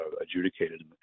adjudicated